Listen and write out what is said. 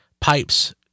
Pipes